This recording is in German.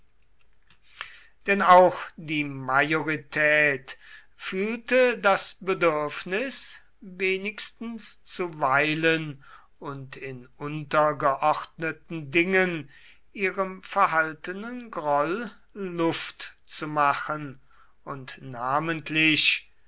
denn auch die majorität fühlte das bedürfnis wenigstens zuweilen und in untergeordneten dingen ihrem verhaltenen groll luft zu machen und namentlich